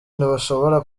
ntibashobora